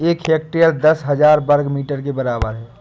एक हेक्टेयर दस हजार वर्ग मीटर के बराबर है